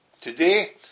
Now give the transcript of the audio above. Today